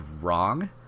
wrong